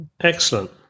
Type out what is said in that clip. Excellent